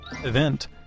event